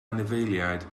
anifeiliaid